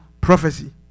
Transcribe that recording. prophecy